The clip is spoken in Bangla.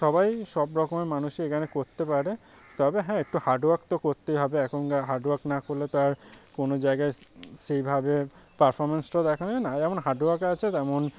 সবাই সব রকমের মানুষই এখানে করতে পারে তবে হ্যাঁ একটু হার্ড ওয়ার্ক তো করতেই হবে এখনকার হার্ড ওয়ার্ক না করলে তো আর কোনো জায়গায় সেইভাবে পারফরমেন্সটাও দেখানো না যেমন হার্ড ওয়ার্ক আছে তেমন